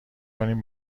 کنیم